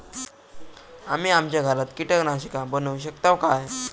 आम्ही आमच्या घरात कीटकनाशका बनवू शकताव काय?